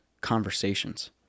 conversations